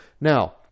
Now